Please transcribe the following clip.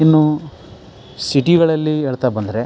ಇನ್ನು ಸಿಟಿಗಳಲ್ಲಿ ಹೇಳ್ತಾ ಬಂದರೆ